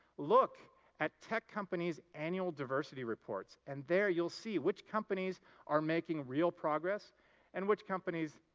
look at tech companies' annual diversity reports, and there you'll see which companies are making real progress and which companies,